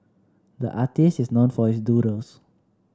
the artist is known for his doodles